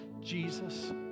Jesus